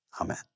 amen